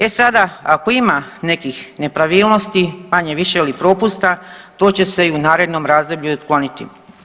E sada ako ima nekih nepravilnosti manje-više ili propusta to će se i u narednom razdoblju otkloniti.